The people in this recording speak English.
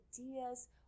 ideas